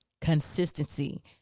consistency